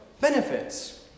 benefits